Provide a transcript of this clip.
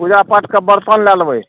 पूजा पाठके बरतन लै लेबै